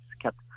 kept